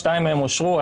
שתיים מהן אושרו,